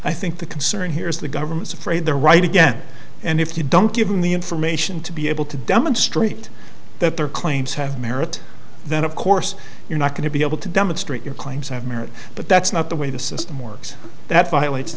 i think the concern here is the government's afraid they're right again and if you don't give them the information to be able to demonstrate that their claims have merit then of course you're not going to be able to demonstrate your claims have merit but that's not the way the system works that violates